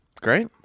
Great